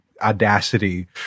audacity